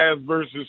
versus